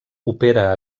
opera